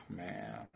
man